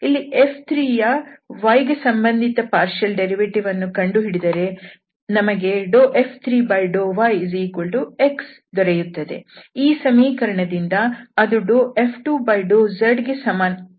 ಇಲ್ಲಿ F3 ಯ y ಸಂಬಂಧಿತ ಭಾಗಶಃ ಉತ್ಪನ್ನ ವನ್ನು ಕಂಡುಹಿಡಿದರೆ ನಮಗೆ F3∂yx ದೊರೆಯುತ್ತದೆ ಈ ಸಮೀಕರಣದಿಂದ ಅದು F2∂z ಗೆ ಸಮನಾಗಿರಬೇಕು